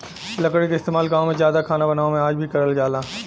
लकड़ी क इस्तेमाल गांव में जादा खाना बनावे में आज भी करल जाला